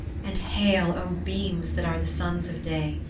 and hail, o beams that are the sons of day.